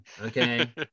okay